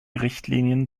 richtlinien